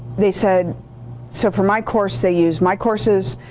they said so for my course they use my courses,